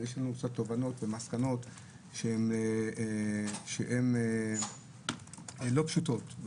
יש לנו קצת תובנות ומסקנות שהן לא פשוטות.